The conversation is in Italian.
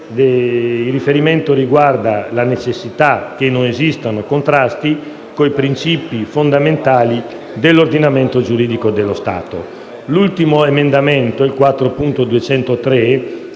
specificazione riguarda alla necessità che non esistano contrasti con i principi fondamentali dell'ordinamento giuridico dello Stato. L'emendamento 4.203